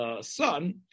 son